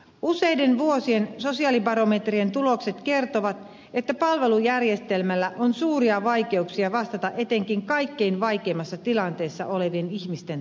useiden vuosien sosiaalibarometrien tulokset kertovat että palvelujärjestelmällä on suuria vaikeuksia vastata etenkin kaikkein vaikeimmassa tilanteessa olevien ihmisten tarpeisiin